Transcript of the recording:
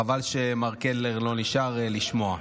חבל שמר קלנר לא נשאר לשמוע.